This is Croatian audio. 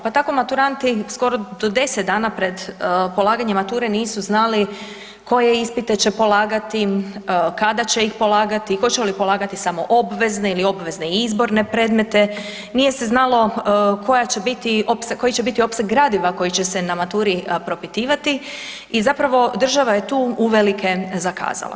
Pa tako maturanti skoro do 10 dana pred polaganje mature nisu znali koje ispite će polagati, kada će ih polagati, hoće li polagati samo obvezne ili obvezne i izborne predmete, nije se znalo koji će biti opseg gradiva koji će se na maturi propitivati i zapravo država je tu uvelike zakazala.